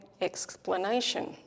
explanation